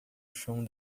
chão